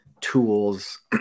tools